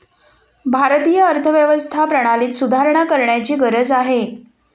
भारतीय अर्थव्यवस्था प्रणालीत सुधारणा करण्याची गरज आहे